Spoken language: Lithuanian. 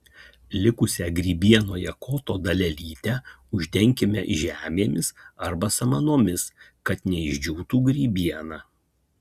likusią grybienoje koto dalelytę uždenkime žemėmis arba samanomis kad neišdžiūtų grybiena